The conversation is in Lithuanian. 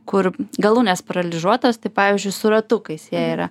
kur galūnės paralyžuotas tai pavyzdžiui su ratukais jie yra